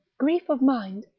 grief of mind,